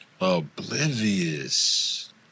Oblivious